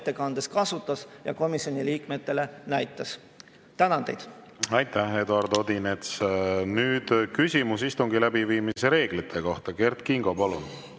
kasutas ja komisjoni liikmetele näitas. Tänan teid! Aitäh, Eduard Odinets! Nüüd küsimus istungi läbiviimise reeglite kohta. Kert Kingo, palun!